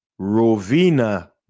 rovina